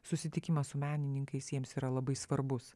susitikimas su menininkais jiems yra labai svarbus